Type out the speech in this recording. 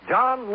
John